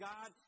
God